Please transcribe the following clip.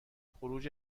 خروج